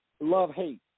love-hate